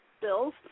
bills